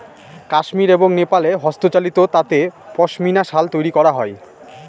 কাশ্মির এবং নেপালে হস্তচালিত তাঁতে পশমিনা শাল তৈরী করা হয়